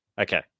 Okay